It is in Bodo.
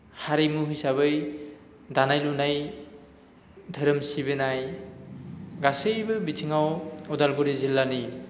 हारिमु हिसाबै दानाय लुनाय धोरोम सिबिनाय गासैबो बिथिङाव उदालगुरि जिल्लानि